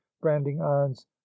branding-irons